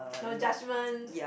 no judgement